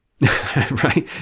right